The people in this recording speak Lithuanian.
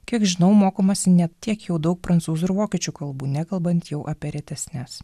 kiek žinau mokomasi ne tiek jau daug prancūzų ir vokiečių kalbų nekalbant jau apie retesnes